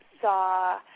saw